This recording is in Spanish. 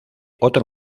otro